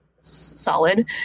solid